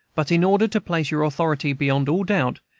but in order to place your authority beyond all doubt,